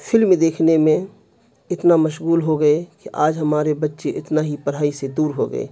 film دیکھنے میں اتنا مشغول ہو گئے کہ آج ہمارے بچے اتنا ہی پڑھائی سے دور ہو گئے